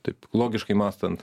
taip logiškai mąstant